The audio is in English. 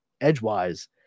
edgewise